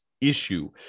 issue